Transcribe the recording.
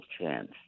chance